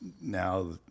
now